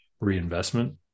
Reinvestment